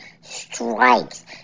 strikes